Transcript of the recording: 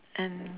and